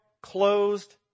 closed